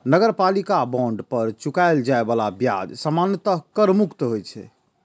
नगरपालिका बांड पर चुकाएल जाए बला ब्याज सामान्यतः कर मुक्त होइ छै